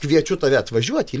kviečiu tave atvažiuoti į